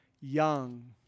young